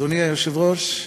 אדוני היושב-ראש,